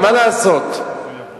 חודש של ניצחון